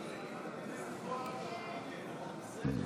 הסתייגות 529